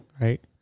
right